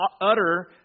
utter